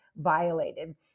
violated